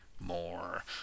more